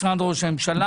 משרד ראש הממשלה.